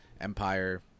Empire